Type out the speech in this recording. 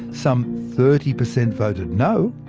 some thirty percent voted no.